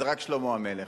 זה רק שלמה המלך.